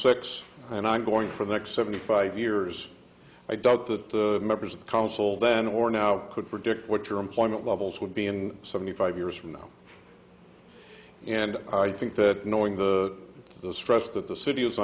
six and i'm going for the next seventy five years i doubt that the members of the council then or now could predict what your employment levels would be in seventy five years from now and i think that knowing the stress that the city is